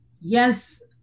yes